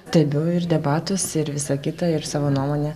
stebiu ir debatus ir visą kitą ir savo nuomonę